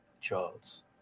Charles